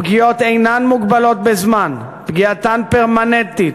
הפגיעות אינן מוגבלות בזמן, פגיעתן פרמננטית,